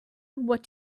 what